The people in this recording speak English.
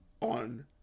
on